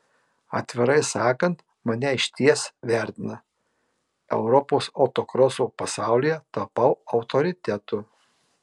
atvirai sakant mane išties vertina europos autokroso pasaulyje tapau autoritetu